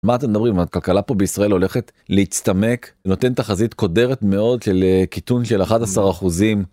מה אתם מדברים על הכלכלה פה בישראל הולכת להצטמק נותן תחזית קודרת מאוד של כיתון של 11 אחוזים.